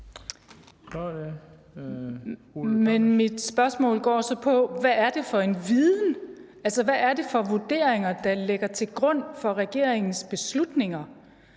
mit spørgsmål går så på, hvad det er for en viden, altså hvad er det for vurderinger, der ligger til grund for regeringens beslutninger?